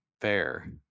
fair